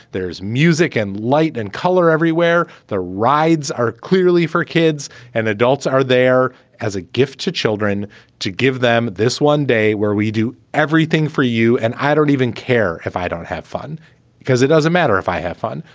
there is music and light and color everywhere. the rides are clearly for kids and adults are there as a gift to children to give them this one day where we do everything for you and i don't even care if i don't have fun because it doesn't matter if i have fun.